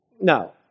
no